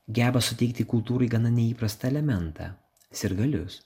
geba suteikti kultūrai gana neįprastą elementą sirgalius